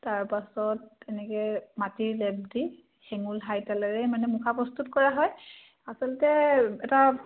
তাৰপাছত এনেকৈ মাটিৰ লেপ দি হেঙুল হাইতালেৰে মানে মুখা প্ৰস্তুত কৰা হয় আচলতে এটা